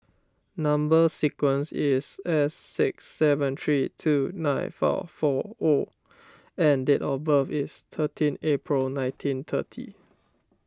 Number Sequence is S six seven three two nine five four O and date of birth is thirteen April nineteen thirty